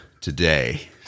today